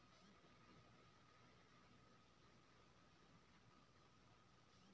खेत जोतय घरी सेहो कीरामार खाद संगे जमीन मे मिलाएल जाइ छै